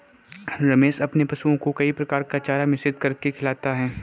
रमेश अपने पशुओं को कई प्रकार का चारा मिश्रित करके खिलाता है